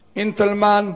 אינטלמן,